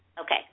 Okay